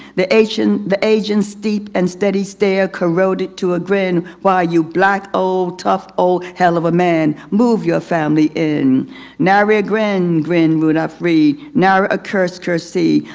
the agent's the agent's steep and steady stare corroded to a grin. why, you black old, tough old, hell of a man. move your family in nary a grin grinned rudolph reed, nary a curse cursed he,